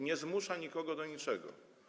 Nie zmusza nikogo do niczego.